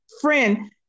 friend